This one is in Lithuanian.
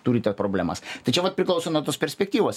turite problemas tai čia vat priklauso nuo tos perspektyvos